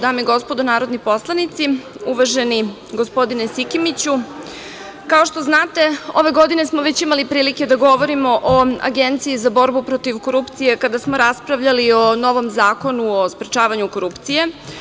Dame i gospodo narodni poslanici, uvaženi gospodine Sikimiću, kao što znate ovo godine smo već imali prilike da govorimo o Agenciji za borbu protiv korupcije kada smo raspravljali o novom Zakonu o sprečavanju korupcije.